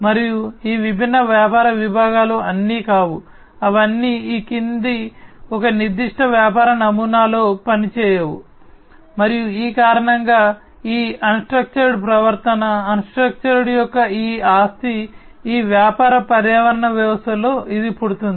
మరియు ఈ విభిన్న వ్యాపార విభాగాలు అన్నీ కావు అవన్నీ ఈ క్రింది ఒక నిర్దిష్ట వ్యాపార నమూనాలో పనిచేయవు మరియు ఈ కారణంగా ఈ అన్ స్ట్రక్చర్డ్ ప్రవర్తన అన్ స్ట్రక్చర్డ్ యొక్క ఈ ఆస్తి ఈ వ్యాపార పర్యావరణ వ్యవస్థలలో ఇది పుడుతుంది